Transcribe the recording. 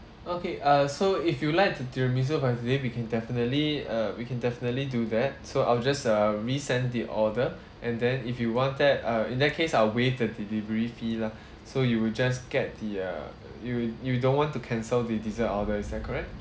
okay uh so if you like the tiramisu for today we can definitely uh we can definitely do that so I'll just uh resend the order and then if you want that uh in that case I'll waive the delivery fee lah so you will just get the uh you you don't want to cancel the dessert at all is that correct